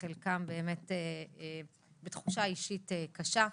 בחלקם באמת בתחושה אישית קשה.